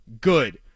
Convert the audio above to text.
Good